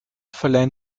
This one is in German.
verleihen